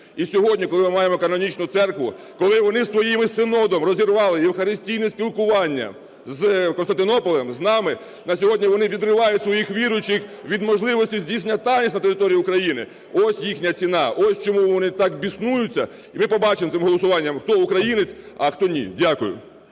І сьогодні, коли ми маємо канонічну церкву, коли вони з своїм Синодом розірвали євхаристійне спілкування з Константинополем, з нами, на сьогодні вони відривають своїх віруючих від можливості здійснення таїнств на території України. Ось їхня ціна, ось чому вони так біснуються. І ми побачимо цим голосуванням, хто українець, а хто – ні. Дякую.